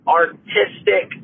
artistic